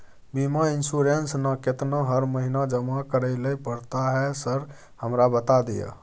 बीमा इन्सुरेंस ना केतना हर महीना जमा करैले पड़ता है सर हमरा बता दिय?